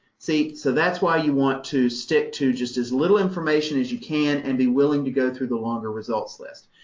see, so that's why you want to stick to just as little information as you can and be willing to go through the longer results list.